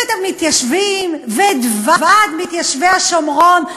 את המתיישבים ואת ועד מתיישבי השומרון,